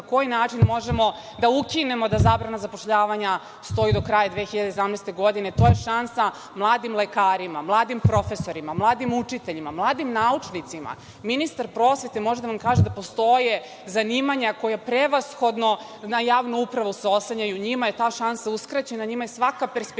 koji način možemo da ukinemo da zabrana zapošljavanja stoji do kraja 2017. godine. To je šansa mladim lekarima, mladim profesorima, mladim učiteljima, mladim naučnicima. Ministar prosvete može da vam kaže da postoje zanimanja koje prevashodno na javnu upravu se oslanjaju. NJima je ta šansa uskraćena, njima je svaka perspektiva i